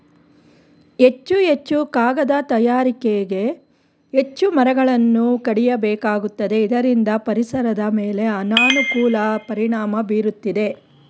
ಹೆಚ್ಚು ಹೆಚ್ಚು ಕಾಗದ ತಯಾರಿಕೆಗೆ ಹೆಚ್ಚು ಮರಗಳನ್ನು ಕಡಿಯಬೇಕಾಗುತ್ತದೆ ಇದರಿಂದ ಪರಿಸರದ ಮೇಲೆ ಅನಾನುಕೂಲ ಪರಿಣಾಮ ಬೀರುತ್ತಿದೆ